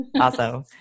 Awesome